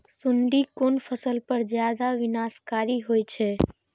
सुंडी कोन फसल पर ज्यादा विनाशकारी होई छै?